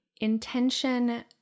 Intention